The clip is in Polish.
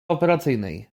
operacyjnej